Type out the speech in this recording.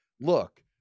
look